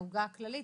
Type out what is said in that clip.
את העוגה הכללית,